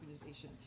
organization